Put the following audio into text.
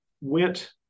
went